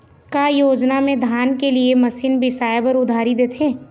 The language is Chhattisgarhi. का योजना मे धान के लिए मशीन बिसाए बर उधारी देथे?